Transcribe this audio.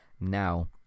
now